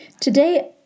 Today